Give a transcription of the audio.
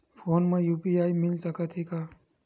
Phone मा UPI मिल सकत हे का?